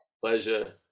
pleasure